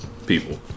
people